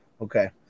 Okay